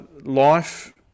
life